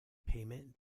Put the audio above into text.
payment